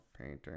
painting